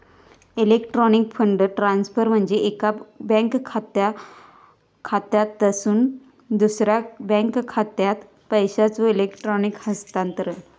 electronic fund transfer म्हणजे एका bank खात्यातसून दुसरा बँक खात्यात पैशांचो इलेक्ट्रॉनिक हस्तांतरण